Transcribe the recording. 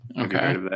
Okay